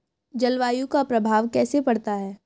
जलवायु का प्रभाव कैसे पड़ता है?